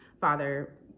father